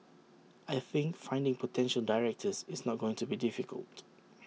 I think finding potential directors is not going to be difficult